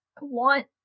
want